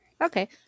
Okay